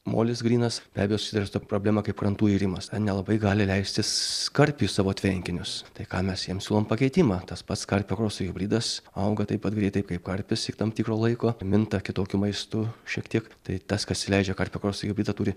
molis grynas be abejo susiduria su ta problema kaip krantų irimas nelabai gali leistis karpį į savo tvenkinius tai ką mes jiem siūlom pakeitimą tas pats karpio karoso hibridas auga taip pat greitai kaip karpis iki tam tikro laiko minta kitokiu maistu šiek tiek tai tas kas įleidžia karpio karoso hibridą turi